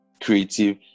creative